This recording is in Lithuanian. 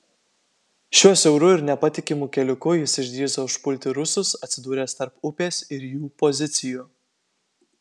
šiuo siauru ir nepatikimu keliuku jis išdrįso užpulti rusus atsidūręs tarp upės ir jų pozicijų